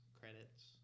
credits